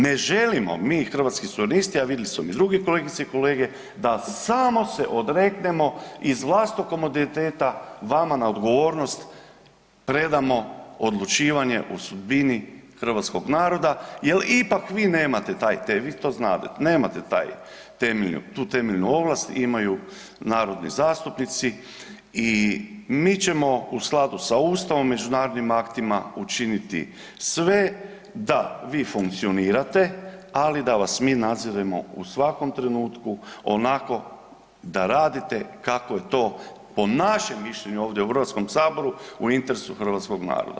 Ne želimo mi hrvatski suverenisti, a vidili su i drugi kolegice i kolege, da samo se odreknemo iz vlastitog komoditeta vama na odgovornost predamo odlučivanje o sudbini hrvatskog naroda jel ipak vi nemate taj temelj, vi to znadete, nemate taj temelj, tu temeljnu ovlast imaju narodni zastupnici i mi ćemo u skladu sa ustavom i međunarodnim aktima učiniti sve da vi funkcionirate, ali da vas mi nadziremo u svakom trenutku onako da radite kako je to po našem mišljenju ovdje u HS u interesu hrvatskog naroda.